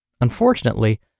Unfortunately